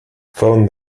phone